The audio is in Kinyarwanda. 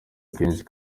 kenshi